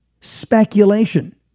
speculation